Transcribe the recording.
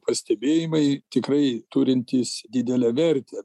pastebėjimai tikrai turintys didelę vertę